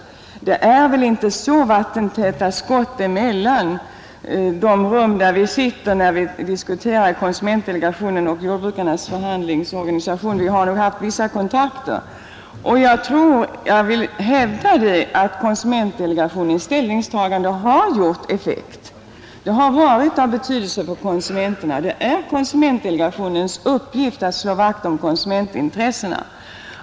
Det är väl inte så vattentäta skott mellan de rum där vi sitter när vi diskuterar i konsumentdelegationen och i jordbrukarnas förhandlingsorganisation, utan vi har haft vissa kontakter. Jag vill hävda att konsumentdelegationens ställningstagande har gjort effekt och varit av betydelse för konsumenterna. Det är också konsumentdelegationens uppgift att slå vakt om konsumentintressena.